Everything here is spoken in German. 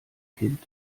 kind